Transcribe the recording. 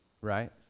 right